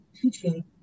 teaching